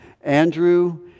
Andrew